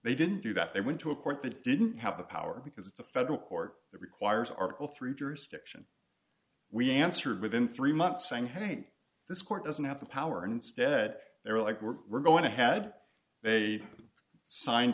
they didn't do that they went to a court that didn't have the power because it's a federal court that requires article three jurisdiction we answered within three months saying hey this court doesn't have the power and instead they're like we're we're going to had they signed